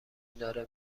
داره